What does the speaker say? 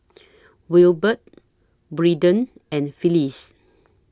Wilbert Braeden and Phylis